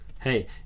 Hey